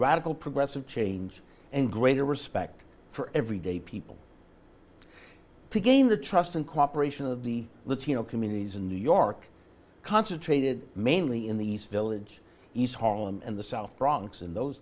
radical progressive change and greater respect for everyday people to gain the trust and cooperation of the latino communities in new york concentrated mainly in the east village east harlem and the south bronx in those